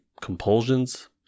compulsions